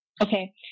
okay